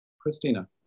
Christina